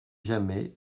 jamais